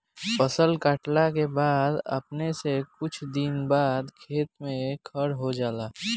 फसल काटला के बाद अपने से कुछ दिन बाद खेत में खर हो जाला